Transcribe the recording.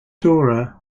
dora